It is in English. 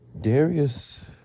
Darius